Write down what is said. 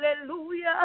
Hallelujah